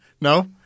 No